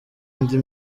indi